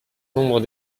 nombre